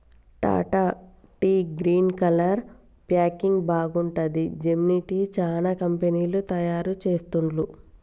Tata tea green colour packing బాగుంటది, Gemini tea, చానా కంపెనీలు తయారు చెస్తాండ్లు